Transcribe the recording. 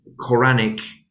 quranic